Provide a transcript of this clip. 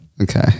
Okay